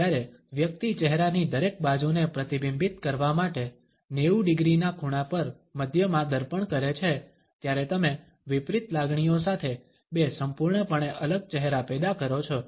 જ્યારે વ્યક્તિ ચહેરાની દરેક બાજુને પ્રતિબિંબિત કરવા માટે 90 ડિગ્રી ના ખૂણા પર મધ્યમાં દર્પણ કરે છે ત્યારે તમે વિપરીત લાગણીઓ સાથે બે સંપૂર્ણપણે અલગ ચહેરા પેદા કરો છો